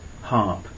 harp